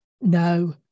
no